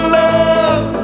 love